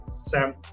Sam